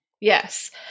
Yes